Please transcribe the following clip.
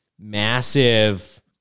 massive